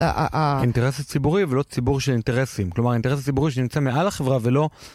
אינטרס הציבורי ולא ציבור של אינטרסים, כלומר אינטרס הציבורי שנמצא מעל החברה ולא...